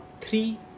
three